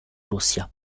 russia